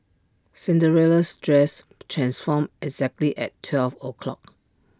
Cinderellas dress transformed exactly at twelve o' clock